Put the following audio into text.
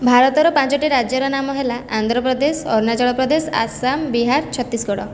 ଭାରତର ପାଞ୍ଚଟି ରାଜ୍ୟର ନାମ ହେଲା ଆନ୍ଧ୍ରପ୍ରଦେଶ ଅରୁଣାଞ୍ଚଳ ପ୍ରଦେଶ ଆସାମ ବିହାର ଛତିଶଗଡ଼